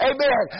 Amen